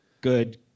good